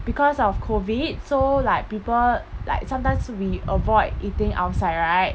because of COVID so like people like sometimes we avoid eating outside right